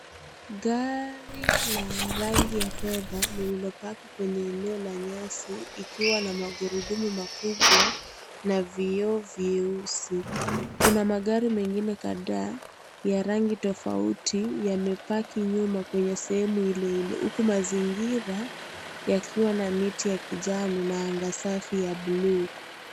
Gari ya rangi ya fedha lime park kwenye eneo la nyasi, ikiwa na magurudumu makubwa na vioo vyeusi. Kuna magari mengine kadhaa ya rangi tofauti yame park nyuma kwenye sehemu Ile Ile huku mazingira yakiwa na miti ya kijani na anga safi ya bluu.